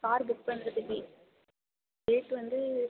car book பண்ணுறதுக்கு date வந்து